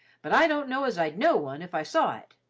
but i don't know as i'd know one if i saw it.